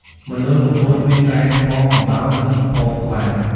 មណ្ឌលកំពត មានរ៉ែ ថ្មកំបោរ និងផូស្វាត។